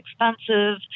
expensive